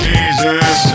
Jesus